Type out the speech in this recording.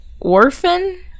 orphan